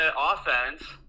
offense